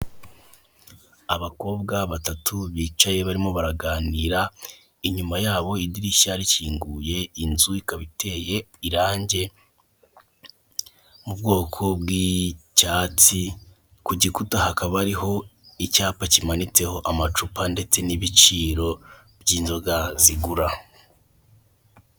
Abakobwa batatu bicaye barimo baraganira, inyuma yabo idirishya rikinguye, inzu ikaba iteye irangi mu bwoko bw'icyatsi, ku gikuta hakaba hariho icyapa kimanitseho amacupa ndetse n'ibiciro by'inzoga zigura.